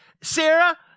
Sarah